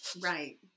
Right